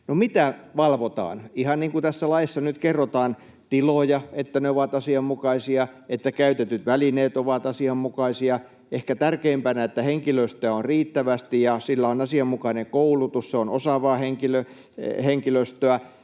mitä valvotaan? Ihan niin kuin tässä laissa nyt kerrotaan — tiloja, että ne ovat asianmukaisia, että käytetyt välineet ovat asianmukaisia, ja ehkä tärkeimpänä, että henkilöstöä on riittävästi ja sillä on asianmukainen koulutus, se on osaavaa henkilöstöä.